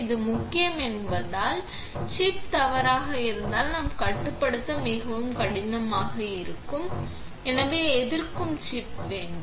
இது முக்கியம் என்பதால் முக்கியம் ஏனெனில் சிப் தவறாக இருந்தால் நாம் கட்டுப்படுத்த மிகவும் கடினமாக இது ஒரு எதிர்க்கும் சிப் வேண்டும்